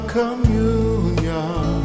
communion